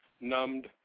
numbed